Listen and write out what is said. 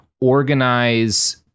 Organize